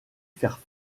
faire